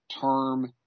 term